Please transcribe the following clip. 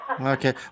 Okay